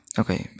okay